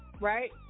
right